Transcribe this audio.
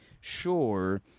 sure